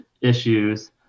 issues